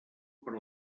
per